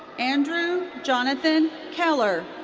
andrew jonathan keller.